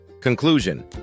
Conclusion